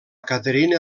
caterina